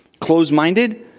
closed-minded